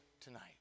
tonight